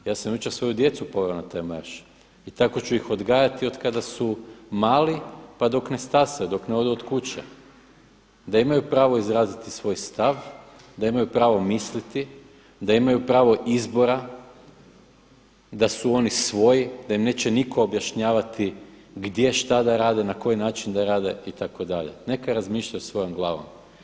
Ja sam jučer svoju djecu poveo na taj marš i tako ću ih odgajati od kada su mali pa dok ne stasaju, dok ne odu od kuće, da imaju pravo izraziti svoj stav, da imaju pravo misliti, da imaju pravo izbora, da su oni svoji, da im neće nitko objašnjavati gdje šta da rade na koji način da rade itd. neka razmišljaju svojom glavom.